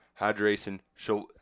hydration